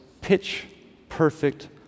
pitch-perfect